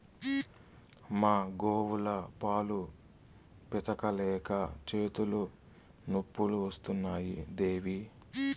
మా గోవుల పాలు పితిక లేక చేతులు నొప్పులు వస్తున్నాయి దేవీ